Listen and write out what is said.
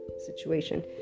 situation